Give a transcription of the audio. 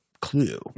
clue